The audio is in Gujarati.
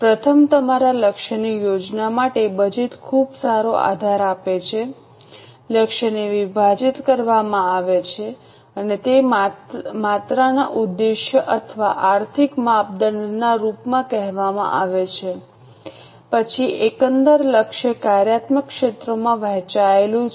પ્રથમ તમારા લક્ષ્યની યોજના માટે બજેટ ખૂબ સારો આધાર આપે છે લક્ષ્યને વિભાજિત કરવામાં આવે છે અને તે માત્રાના ઉદ્દેશ્ય અથવા આર્થિક માપદંડના રૂપમાં કહેવામાં આવે છે પછી એકંદર લક્ષ્ય કાર્યાત્મક ક્ષેત્રોમાં વહેંચાયેલું છે